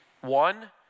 One